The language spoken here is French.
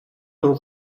l’on